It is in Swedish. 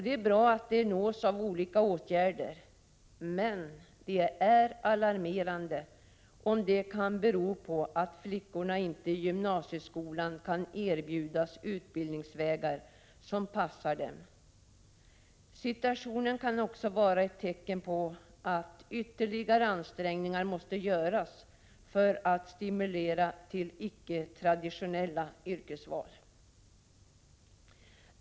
Det är bra att de nås av olika åtgärder, men det är alarmerande om det beror på att flickorna i gymnasieskolan inte kan erbjudas utbildningsvägar som passar dem. Situationen kan också vara ett tecken på att ytterligare ansträngningar måste göras för att stimulera till icke traditionella yrkesval.